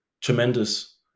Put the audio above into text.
tremendous